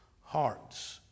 hearts